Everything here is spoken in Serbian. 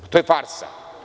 To je farsa.